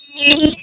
ਇਹ